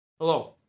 Hello